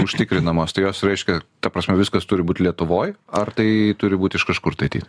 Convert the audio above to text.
užtikrinamos tai jos reiškia ta prasme viskas turi būt lietuvoj ar tai turi būt iš kažkur tai ateit